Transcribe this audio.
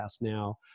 now